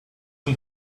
may